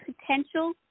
potential